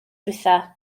ddiwethaf